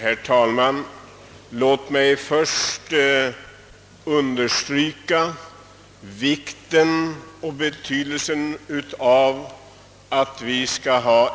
Herr talman! Låt mig till att börja med understryka vikten och betydelsen av